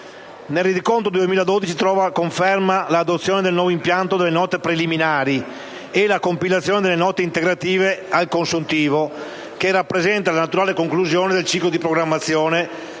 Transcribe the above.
Nel rendiconto 2012 trova conferma l'adozione del nuovo impianto delle note preliminari e la compilazione delle note integrative al consuntivo, che rappresenta la naturale conclusione del ciclo di programmazione